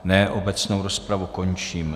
Ne, obecnou rozpravu končím.